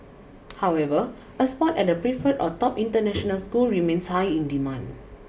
however a spot at a preferred or top international school remains high in demand